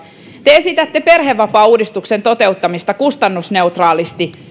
te esitätte perhevapaauudistuksen toteuttamista kustannusneutraalisti